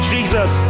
Jesus